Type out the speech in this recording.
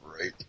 right